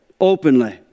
openly